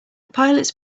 pilots